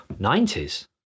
90s